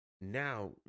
now